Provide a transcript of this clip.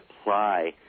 apply